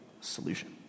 solution